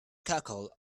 cackle